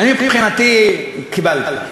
אני מבחינתי, קיבלתי.